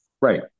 right